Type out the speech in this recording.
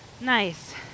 Nice